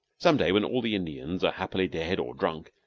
some day, when all the indians are happily dead or drunk,